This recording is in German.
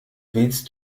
willst